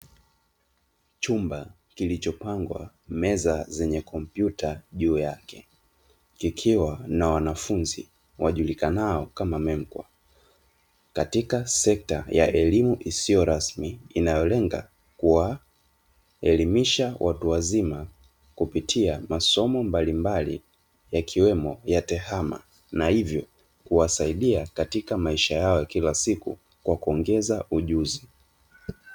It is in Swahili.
Chumba kilichopangwa meza zenye komputa juu yake, kikiwa na wanafunzi wajulikanao kama memkwa. Katika sekta elimu isiyo rasmi inayolenga kuwa elimisha watu wazima kupitia masoma mbalimbali yakiwemo ya tehama na hivyo kuwasaidia katika maisha yao ya kila siku na hivyo kuongeza ujuzi.